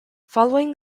following